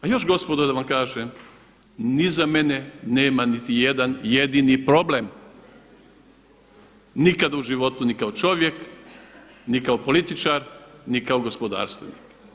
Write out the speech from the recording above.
A još gospodo da vam kažem ni za mene nema niti jedan jedini problem, nikad u životu ni kao čovjek ni kao političar ni kao gospodarstvenik.